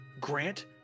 Grant